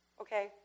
okay